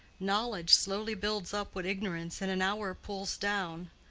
knowledge slowly builds up what ignorance in an hour pulls down.